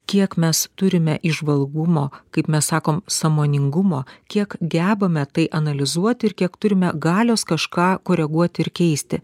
kiek mes turime įžvalgumo kaip mes sakom sąmoningumo kiek gebame tai analizuot ir kiek turime galios kažką koreguoti ir keisti